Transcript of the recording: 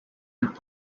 and